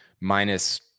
minus